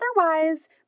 otherwise